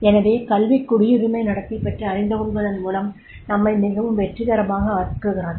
எனவே கல்வி குடியுரிமை நடத்தை பற்றி அறிந்து கொள்வதன் மூலம் நம்மை மிகவும் வெற்றிகரமாக ஆக்குகிறது